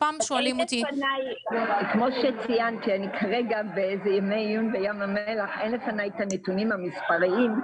אני כרגע ביום עיון בים המלח ואין לפני את הנתונים המספריים.